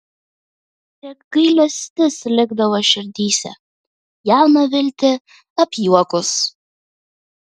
tik gailestis likdavo širdyse jauną viltį apjuokus